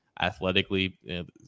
athletically